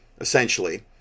essentially